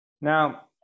Now